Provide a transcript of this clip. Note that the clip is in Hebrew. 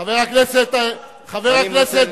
חבר הכנסת בן-ארי.